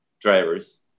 drivers